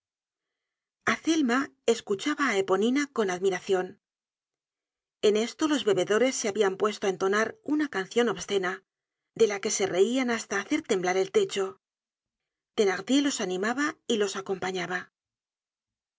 azelma escuchaba á eponina con admiración en esto los bebedores se habian puesto á entonar una cancion obscena de laque se reian hasta hacer temblar el techo thenardier los animaba y los acompañaba asi